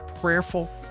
prayerful